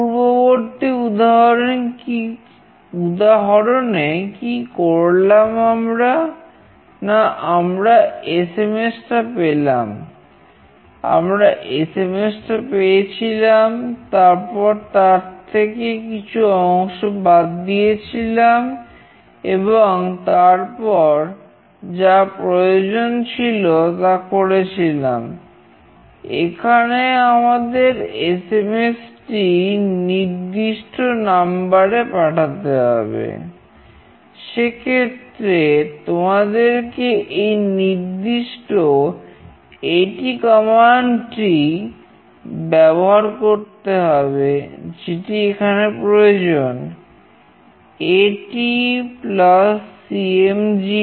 পূর্ববর্তী উদাহরণে কি করলাম আমরা না আমরা এসএমএস টি ব্যবহার করতে হবে যেটি এখানে প্রয়োজন "ATCMGF1"